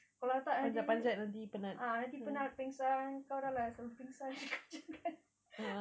kalau tak nanti ah nanti penat pengsan kau dah lah selalu pengsan kau jangan